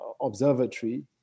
observatory